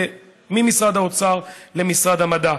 ממשרד האוצר למשרד המדע.